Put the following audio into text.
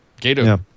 Gato